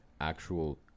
actual